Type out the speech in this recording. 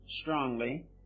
strongly